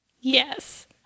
Yes